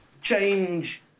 change